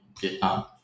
Vietnam